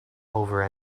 over